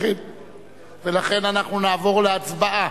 ולכן אנחנו נעבור להצבעה.